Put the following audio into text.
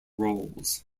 roles